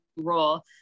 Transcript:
role